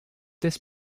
this